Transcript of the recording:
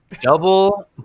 Double